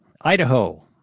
Idaho